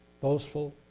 boastful